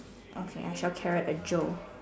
okay I shall carrot a Joe